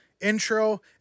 intro